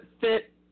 fit